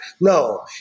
No